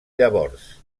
llavors